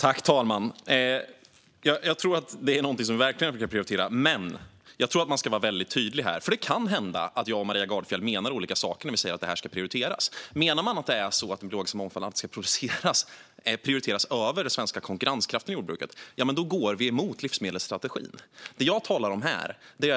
Fru talman! Jag tror att det är någonting som vi verkligen brukar prioritera. Men man ska vara väldigt tydlig här, för det kan hända att jag och Maria Gardfjell menar olika saker när vi säger att det här ska prioriteras. Menar man att den biologiska mångfalden ska prioriteras framför konkurrenskraften i det svenska jordbruket? Då går vi emot livsmedelsstrategin. Det jag talar om här är